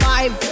Five